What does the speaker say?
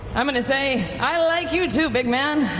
i'm going to say i like you too, big man,